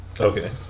Okay